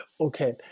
Okay